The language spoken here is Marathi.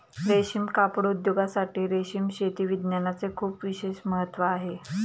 रेशीम कापड उद्योगासाठी रेशीम शेती विज्ञानाचे खूप विशेष महत्त्व आहे